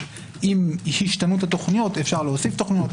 עם השתנות התוכניות אפשר להוסיף תוכניות,